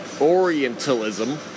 orientalism